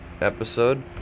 episode